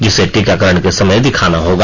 जिसे टीकाकरण के समय दिखाना होगा